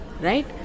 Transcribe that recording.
right